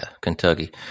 Kentucky